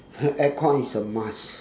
air con is a must